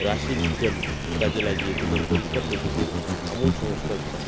রাশি বিজ্ঞানকে কাজে লাগিয়ে তিনি পরীক্ষার পদ্ধতির আমূল সংস্কার ঘটান